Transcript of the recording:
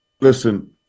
listen